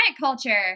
culture